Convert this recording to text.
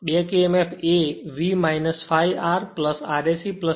તેથી back Emf એ V ∅ R Rse ra